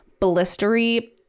blistery